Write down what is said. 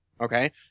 Okay